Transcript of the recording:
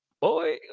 boy